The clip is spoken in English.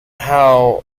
how